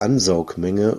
ansaugmenge